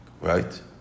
right